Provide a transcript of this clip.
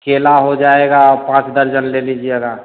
केला हो जाएगा पाँच दर्जन ले लीजिएगा